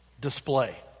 display